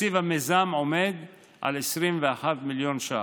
תקציב המיזם עומד על 21 מיליון ש"ח.